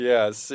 Yes